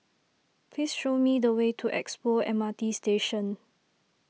please show me the way to Expo M R T Station